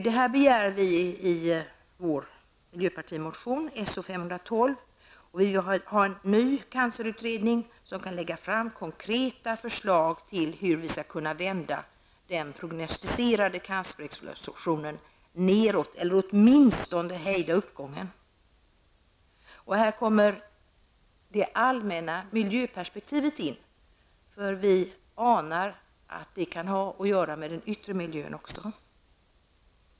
Detta begär vi i miljöpartiets motion So512. Vi vill att en ny cancerutredning skall göras. Denna utredning skall lägga fram konkreta förslag till hur vi skall kunna vända den prognostiserade cancerexplosionen eller hur vi åtminstone skall kunna hejda uppgången. Här kommer det allmänna miljöperspektivet in. Vi anar att det kan ha att göra med den yttre miljön också.